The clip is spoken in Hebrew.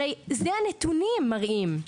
הרי זה הנתונים מראים.